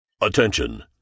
Attention